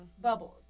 Bubbles